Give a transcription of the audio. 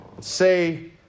say